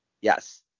Yes